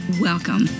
Welcome